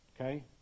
Okay